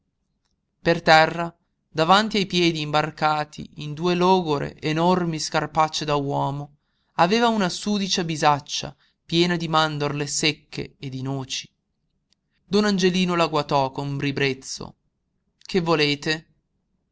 per terra davanti ai piedi imbarcati in due logore enormi scarpacce da uomo aveva una sudicia bisaccia piena di mandorle secche e di noci don angelino la guatò con ribrezzo che volete